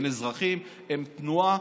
אין אזרחים, אין תנועה.